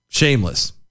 Shameless